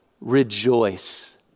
rejoice